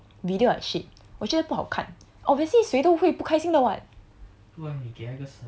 like like your video like shit 我觉得不好看 obviously 谁都会不开心的 [what]